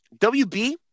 WB